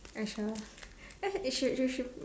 are you sure they should they should put